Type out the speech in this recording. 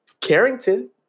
Carrington